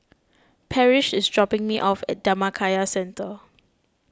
Parrish is dropping me off at Dhammakaya Centre